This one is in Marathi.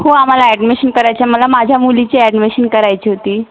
हो आम्हाला ॲडमिशन करायची आहे मला माझ्या मुलीची ॲडमिशन करायची होती